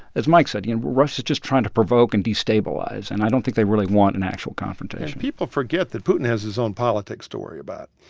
as mike said, you know, russia's just trying to provoke and destabilize, and i don't think they really want an actual confrontation people forget that putin has his own politics to worry about.